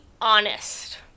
honest